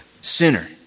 sinner